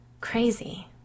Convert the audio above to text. Crazy